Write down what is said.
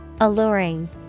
Alluring